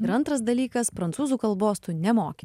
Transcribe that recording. ir antras dalykas prancūzų kalbos tu nemoki